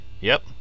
Yep